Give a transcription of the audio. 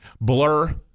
Blur